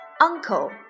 uncle